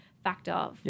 factor